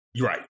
Right